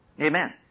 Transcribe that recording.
Amen